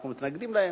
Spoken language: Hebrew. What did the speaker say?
אנחנו מתנגדים להם,